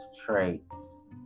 traits